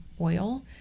oil